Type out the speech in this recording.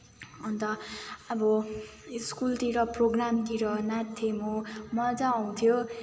अन्त अब स्कुलतिर प्रोग्रामतिर नाच्थेँ म मजा आउँथ्यो